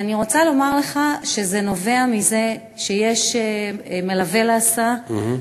אני רוצה לומר לך שזה נובע מזה שיש מלווה להסעה,